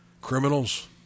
criminals